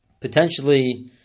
potentially